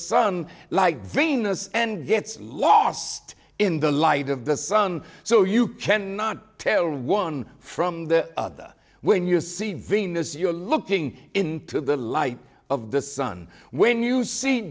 sun like venus and gets lost in the light of the sun so you cannot tell one from the other when you see venus you are looking into the light of the sun when you see